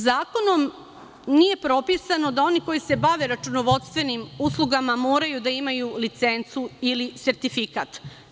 Zakonom nije propisano da oni koji se bave računovodstvenim uslugama moraju da imaju licencu ili sertifikat.